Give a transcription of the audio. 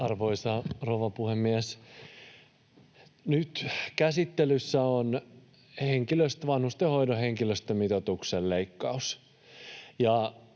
Arvoisa rouva puhemies! Nyt käsittelyssä on vanhustenhoidon henkilöstömitoituksen leikkaus.